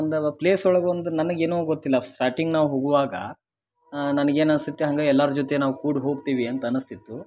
ಒಂದು ಪ್ಲೇಸ್ ಒಳಗೆ ಒಂದು ನನಗೆ ಏನೋ ಗೊತ್ತಿಲ್ಲ ಸ್ಟಾರ್ಟಿಂಗ್ ನಾವು ಹೋಗುವಾಗ ನನಗೆ ಏನು ಅನ್ಸ್ತೈತಿ ಹಂಗೆ ಎಲ್ಲಾರ ಜೊತೆ ನಾವು ಕೂಡ ಹೋಗ್ತೀವಿ ಅಂತ ಅನಿಸ್ತಿತ್ತು